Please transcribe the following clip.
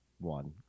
one